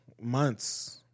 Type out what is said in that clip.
months